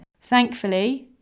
Thankfully